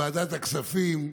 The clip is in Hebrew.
בוועדת הכספים,